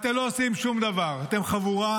אתם יודעים את זה טוב ממני.